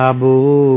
Abu